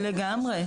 לגמרי.